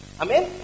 Amen